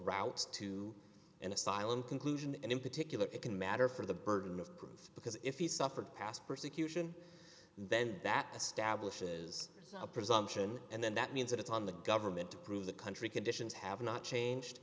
routes to an asylum conclusion and in particular it can matter for the burden of proof because if he suffered past persecution then that the stablish is a presumption and then that means that it's on the government to prove the country conditions have not changed